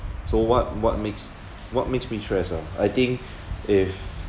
so what what makes what makes me stress ah I think if